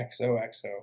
XOXO